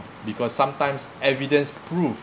because sometimes evidence proof